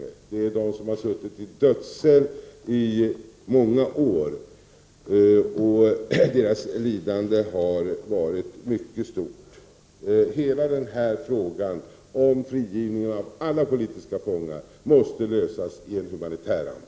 Det finns de som har suttit i dödscell i många år. Deras lidande har varit mycket stort. Frågan om frigivning av alla politiska fångar måste lösas i humanitär anda.